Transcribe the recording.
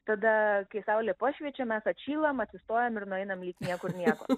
tada kai saulė pašviečia mes atšylam atsistojam ir nueinam lyg niekur nieko